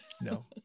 No